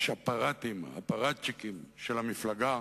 יש אפאראטים, אפאראצ'יקים, של המפלגה,